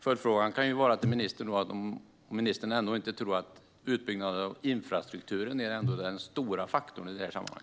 Följdfrågan till ministern kan då vara: Tror inte ministern att utbyggnaden av infrastrukturen är den stora faktorn i detta sammanhang?